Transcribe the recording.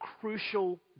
crucial